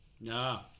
No